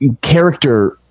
character